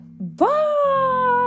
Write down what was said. Bye